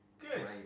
Good